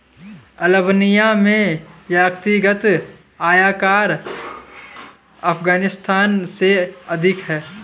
Albania में व्यक्तिगत आयकर अफ़ग़ानिस्तान से अधिक है